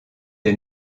est